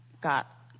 got